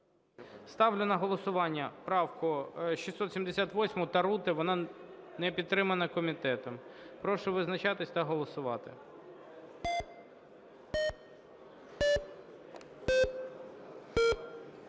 Ставлю на голосування правку 678 Тарути. Вона не підтримана комітетом. Прошу визначатися та голосувати.